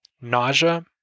nausea